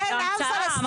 אין עם פלסטיני.